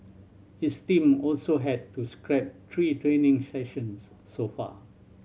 his team also had to scrap three training sessions so far